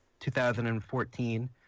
2014